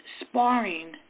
sparring